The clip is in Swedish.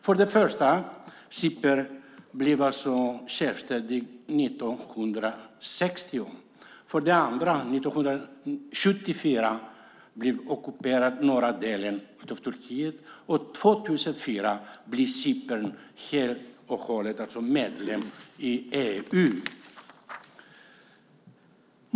För det första blev Cypern självständigt 1960. För det andra blev norra delen av Cypern 1974 ockuperad av Turkiet. År 2004 blev Cypern medlem i EU.